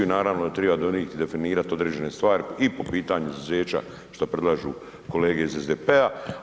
I naravno da treba donijeti, definirati određene stvari i po pitanju izuzeća što predlažu kolege iz SDP-a.